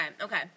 okay